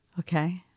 Okay